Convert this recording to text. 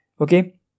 Okay